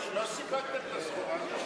לא סיפקתם את הסחורה.